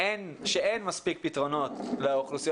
שאין מספיק פתרונות לאוכלוסיות